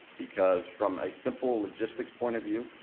because from a simple logistics point of view,